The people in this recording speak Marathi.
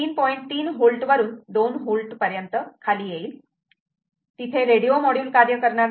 3 V वरून 2 V वर खाली येईल तिथे रेडिओ मॉड्यूल कार्य करणार नाही